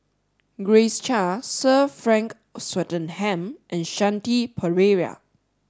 Grace Chia Sir Frank Swettenham and Shanti Pereira